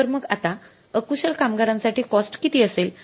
तर मग आता अकुशल कामगारांसाठी कॉस्ट किती असेल